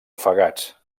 ofegats